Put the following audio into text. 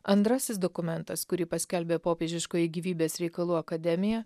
andrasis dokumentas kurį paskelbė popiežiškoji gyvybės reikalų akademija